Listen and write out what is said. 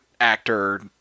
actor